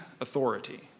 authority